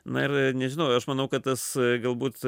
na ir nežinau aš manau kad tas galbūt